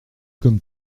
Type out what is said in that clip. comme